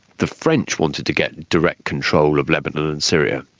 the french wanted to get direct control of lebanon and syria.